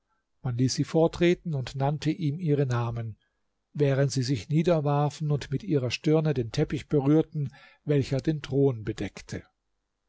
man ließ sie vortreten und nannte ihm ihre namen während sie sich niederwarfen und mit ihrer stirne den teppich berührten welcher den thron bedeckte